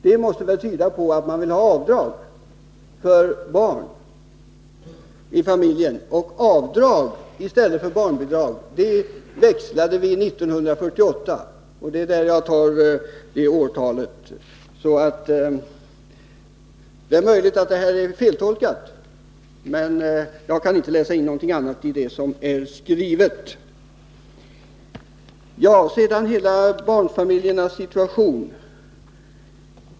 Det måste väl tyda på att man vill ha avdrag för barn i familjen. Och avdrag i stället för barnbidrag ändrade vi 1948 — det är därför jag nämner det årtalet. Det är möjligt att detta är feltolkat. Men jag kan inte läsa in någonting annat i det som är skrivet. Sedan gäller det barnfamiljernas hela situation.